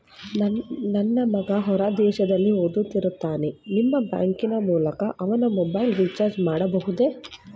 ನನ್ನ ಮಗ ಹೊರ ದೇಶದಲ್ಲಿ ಓದುತ್ತಿರುತ್ತಾನೆ ನಿಮ್ಮ ಬ್ಯಾಂಕಿನ ಮೂಲಕ ಅವನ ಮೊಬೈಲ್ ರಿಚಾರ್ಜ್ ಮಾಡಬಹುದೇ?